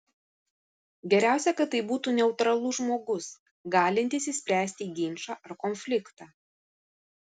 geriausia kad tai būtų neutralus žmogus galintis išspręsti ginčą ar konfliktą